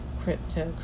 crypto